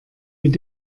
mit